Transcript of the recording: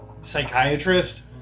psychiatrist